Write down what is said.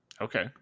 Okay